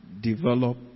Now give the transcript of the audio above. Develop